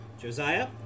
Josiah